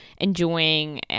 enjoying